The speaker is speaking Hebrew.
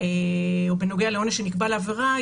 או בנוגע לעונש שנקבע לעברה,